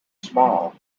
small